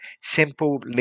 simple